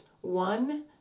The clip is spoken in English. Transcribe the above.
one